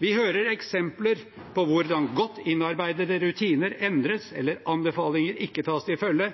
Vi hører eksempler på hvordan godt innarbeidede rutiner endres eller anbefalinger ikke tas til følge